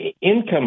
income